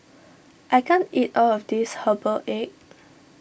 I can't eat all of this Herbal Egg